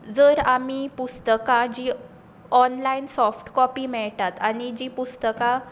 जर आमी पुस्तकां जीं ऑनलायन साॅफ्ट काॅपी मेळटात आनी जीं पुस्तकां